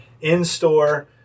in-store